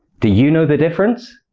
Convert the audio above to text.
do you know the difference?